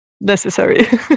Necessary